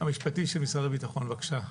הנציג המשפטי של משרד הביטחון, בבקשה.